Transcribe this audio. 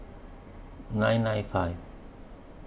nine nine five